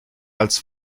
als